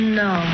no